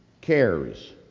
cares